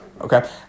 Okay